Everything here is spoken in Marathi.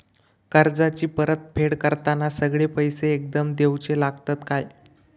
कर्जाची परत फेड करताना सगळे पैसे एकदम देवचे लागतत काय?